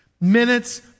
minutes